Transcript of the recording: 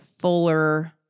fuller